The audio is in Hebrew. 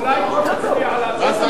הצעה, אולי לא נצביע על הצעת החוק